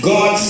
God